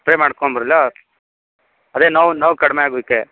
spray ಮಾಡಿಕೊಂಡು ಬರಲಾ ಅದೇ ನೋವು ನೋವು ಕಡಿಮೆ ಆಗಲಿಕ್ಕೆ